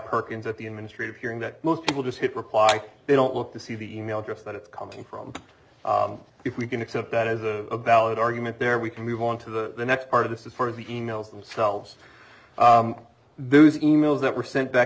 perkins at the administrative hearing that most people just hit reply they don't look to see the e mail address that it's coming from if we can accept that as a valid argument there we can move on to the next part of this is for the e mails themselves those e mails that were sent back